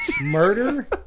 murder